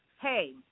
hey